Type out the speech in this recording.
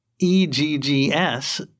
E-G-G-S